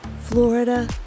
Florida